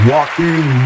Walking